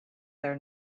their